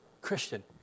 Christian